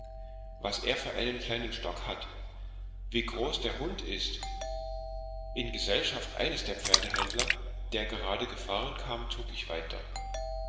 was er für einen kleinen stock hat wie groß der hund ist in gesellschaft eines der pferdehändler der gerade gefahren kam zog ich weiter